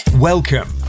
Welcome